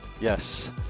Yes